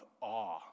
awe